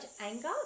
anger